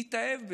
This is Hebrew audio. תתאהב בזה,